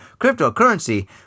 Cryptocurrency